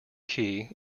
key